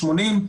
80,